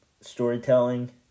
storytelling